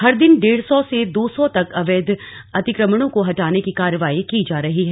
हर दिन डेढ़ सौ से दो सौ तक अवैध अतिक्रणों को हटाने की कार्यवाही की जा रही है